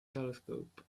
telescope